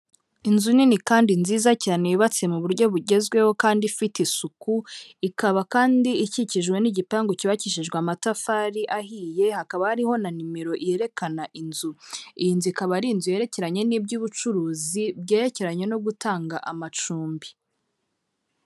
Izu nini kandi nziza cyane yubatse mu buryo bugezweho kandi ifite isuku, ikaba kandi ikikijwe n'igipangu cyubakishijwe amatafari ahiye hakaba ari na nimero yerekana inzu. Iyi nzu ikaba ari inzu yerekeranye n'iby'ubucuruzi byerekeranye no gutanga amacumbi.